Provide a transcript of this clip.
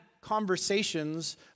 conversations